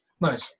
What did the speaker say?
Nice